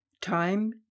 Time